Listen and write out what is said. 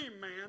man